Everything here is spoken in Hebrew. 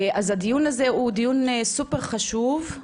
אז הדיון הזה הוא דיון סופר חשוב,